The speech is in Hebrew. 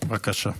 פורר, בבקשה.